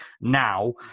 now